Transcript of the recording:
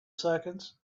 seconds